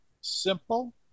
simple